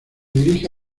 dirige